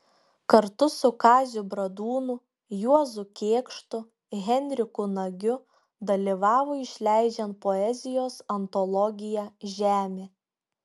kartu su kaziu bradūnu juozu kėkštu henriku nagiu dalyvavo išleidžiant poezijos antologiją žemė